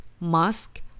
Mask